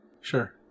Sure